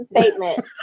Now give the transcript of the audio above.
Statement